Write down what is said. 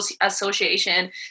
association